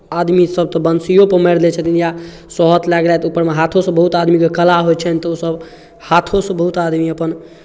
आदमीसभ तऽ बंशीओपर मारि लैत छथिन या सोहत लए गेलथि तऽ ओहिपर मे हाथोसँ बहुत आदमीके कला होइ छनि तऽ ओसभ हाथोसँ बहुत आदमी अपन